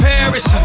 Paris